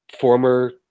former